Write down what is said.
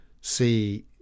see